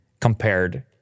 compared